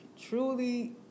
truly